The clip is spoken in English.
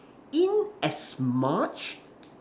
in as much